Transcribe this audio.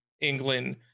england